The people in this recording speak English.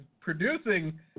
producing